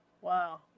Wow